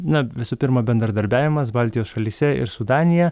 na visų pirma bendradarbiavimas baltijos šalyse ir su danija